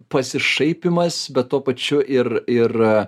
pasišaipymas bet tuo pačiu ir ir